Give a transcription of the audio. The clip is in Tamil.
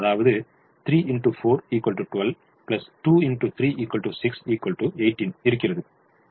அதாவது 12 6 18 இருக்கிறது